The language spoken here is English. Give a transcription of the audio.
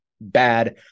bad